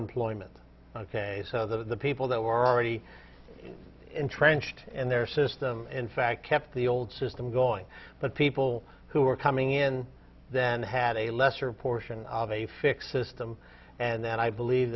employment so the people that were already entrenched and their system in fact kept the old system going but people who were coming in then had a lesser portion of a fixed system and then i believe